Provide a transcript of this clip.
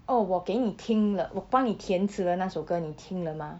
oh 我给你听了我帮你填词的那首歌你听了吗